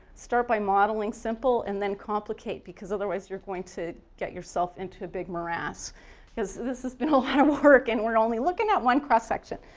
start by modeling simple and then complicate because otherwise you're going to get yourself into a big morass because this has been a lot of work and we're only looking at one cross-section.